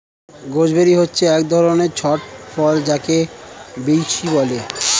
gooseberry হচ্ছে এক ধরণের ছোট ফল যাকে বৈঁচি বলে